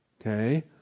okay